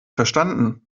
verstanden